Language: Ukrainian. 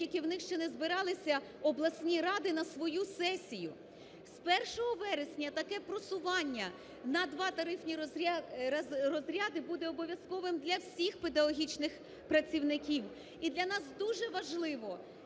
тільки у них ще не збиралися обласні ради на свою сесію. З 1 вересня таке просування на два тарифні розряди буде обов'язковим для всіх педагогічних працівників. І для нас дуже важливо